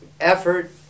effort